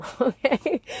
okay